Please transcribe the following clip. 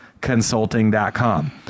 consulting.com